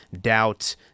doubt